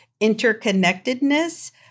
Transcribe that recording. interconnectedness